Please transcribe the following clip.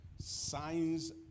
signs